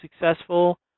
successful